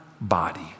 body